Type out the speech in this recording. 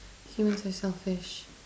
humans are selfish